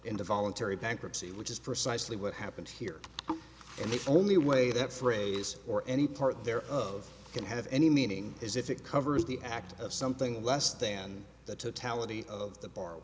into voluntary bankruptcy which is precisely what happened here and the only way that phrase or any part there of can have any meaning is if it covers the act of something less than the totality of the bar